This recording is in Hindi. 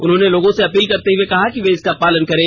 उन्होंने लोगों से अपील करते हुए कहा कि वे इसका पालन करें